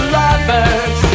lovers